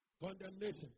Condemnation